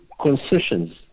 concessions